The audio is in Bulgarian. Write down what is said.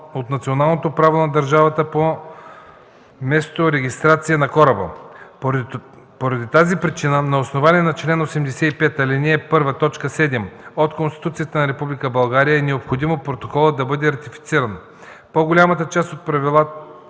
от националното право на държавата по месторегистрация на кораба. Поради тази причина на основание чл. 85, ал. 1, т. 7 от Конституцията на Република България е необходимо протоколът да бъде ратифициран. По-голямата част от правилата